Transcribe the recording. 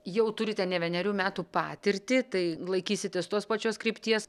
jau turite ne vienerių metų patirtį tai laikysitės tos pačios krypties